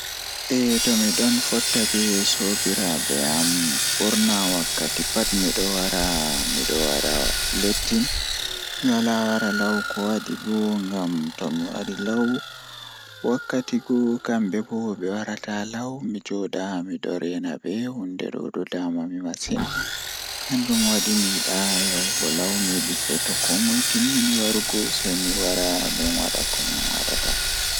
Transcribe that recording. Eh to miɗon fotta be sobiraaɓe am ɓurnaa pat Miɗo waɗi yiɗi jooɗi e hoore kadi mi waɗi nder ko waɗi fi, sabu mi yiɗi jokkondirɗe kadi njogii no waawugol. Miɗo yiɗi wonde e hoore miɗo waɗi saama e hoore ndee